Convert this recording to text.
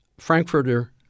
Frankfurter